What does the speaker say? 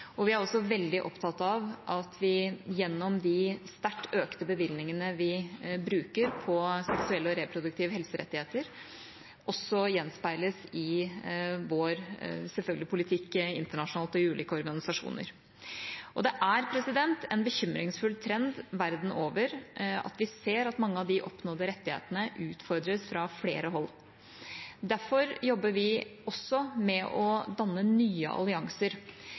og vi er også veldig opptatt av at de sterkt økte bevilgningene vi bruker på seksuelle og reproduktive helserettigheter, gjenspeiles i vår politikk internasjonalt, selvfølgelig, og i ulike organisasjoner. Det er en bekymringsfull trend verden over at vi ser at mange av de oppnådde rettighetene utfordres fra flere hold. Derfor jobber vi også med å danne nye allianser,